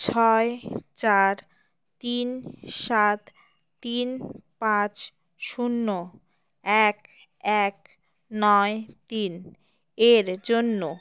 ছয় চার তিন সাত তিন পাঁচ শূন্য এক এক নয় তিন এর জন্য